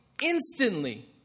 instantly